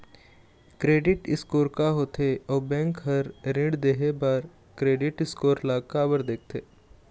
Credit score का होथे अउ बैंक हर ऋण देहे बार क्रेडिट स्कोर ला काबर देखते?